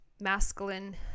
masculine